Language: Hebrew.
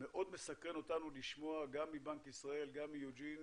ומאוד מסקרן אותנו לשמוע מבנק ישראל ומיוג'ין